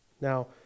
Now